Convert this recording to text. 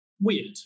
Weird